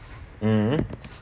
mm